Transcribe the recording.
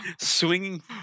swinging